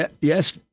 yes